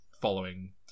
following